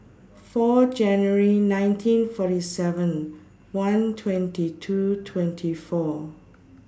four January nineteen forty seven one twenty two twenty four